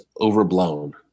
overblown